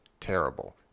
terrible